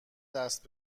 دست